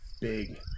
big